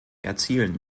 erzielen